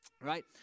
right